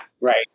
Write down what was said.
right